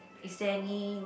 is there any